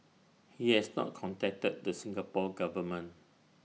he has not contacted the Singapore Government